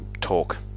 talk